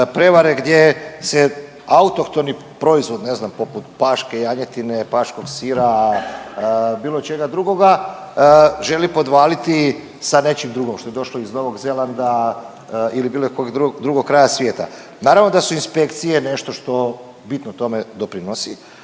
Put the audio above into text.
prevare gdje se autohtoni proizvod, ne znam poput paške janjetine, paškog sira bilo čega drugoga želi podvaliti sa nečim drugom što je došlo iz Novog Zelanda ili bilo kog drugog kraja svijeta. Naravno da su inspekcije nešto što bitno tome doprinosi,